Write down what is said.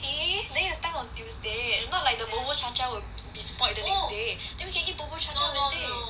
see saying the time was tuesday not like the buburchacha will be spoilt within the day then can eat buburchacha on wednesday